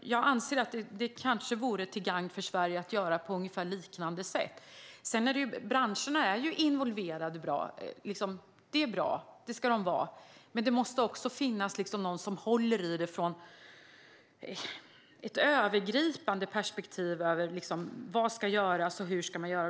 Jag anser att det kanske vore till gagn för Sverige att göra på ungefär liknande sätt. Branscherna är involverade, och det är bra. Det ska de vara. Men det måste också finnas någon som håller i frågorna från ett övergripande perspektiv när det gäller vad som ska göras och hur det ska göras.